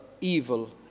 evil